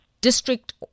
district